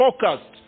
focused